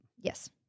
Yes